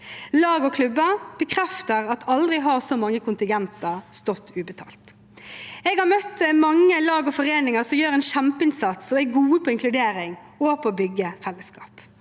Lag og klubber bekrefter at aldri har så mange kontingenter stått ubetalt. Jeg har møtt mange lag og foreninger som gjør en kjempeinnsats og er gode på inkludering og på å bygge fellesskap.